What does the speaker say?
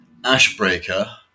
Ashbreaker